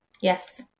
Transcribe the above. Yes